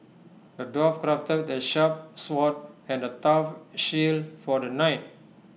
the dwarf crafted A sharp sword and A tough shield for the knight